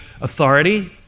authority